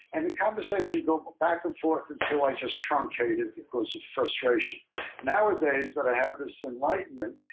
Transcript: and the conversation would go back and forth until i just truncated because of frustration nowadays that i have this enlightenment,